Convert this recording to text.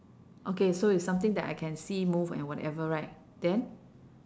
okay so is something that I can see move or whatever right then